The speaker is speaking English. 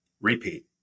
repeat